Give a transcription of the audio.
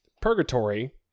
Purgatory